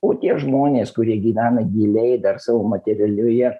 o tie žmonės kurie gyvena giliai dar savo materialioje